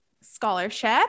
scholarship